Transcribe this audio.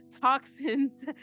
toxins